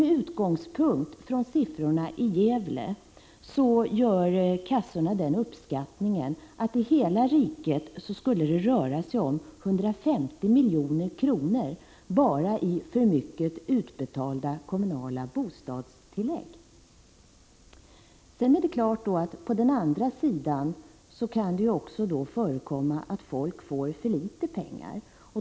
Med utgångspunkt i siffrorna från Gävle gör kassorna den uppskattningen att det i hela riket skulle kunna röra sig om 150 milj.kr. bara i för mycket utbetalda kommunala bostadstillägg. Sedan är det klart att det å andra sidan också kan förekomma att folk får ut för litet pengar.